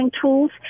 tools